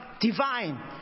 divine